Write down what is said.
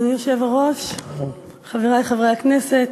אדוני היושב-ראש, חברי חברי הכנסת,